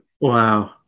Wow